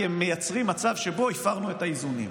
כי הם מייצרים מצב שבו הפרנו את האיזונים,